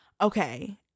okay